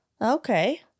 Okay